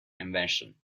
invention